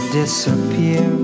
disappear